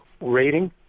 rating